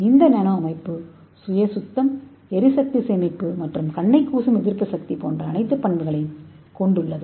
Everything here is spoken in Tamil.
இந்த நானோ அமைப்பு சுய சுத்தம் எரிசக்தி சேமிப்பு மற்றும் கண்ணை கூசும் எதிர்ப்பு சொத்து போன்ற அனைத்து பண்புகளையும் கொண்டுள்ளது